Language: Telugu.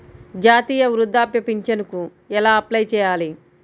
జాతీయ వృద్ధాప్య పింఛనుకి ఎలా అప్లై చేయాలి?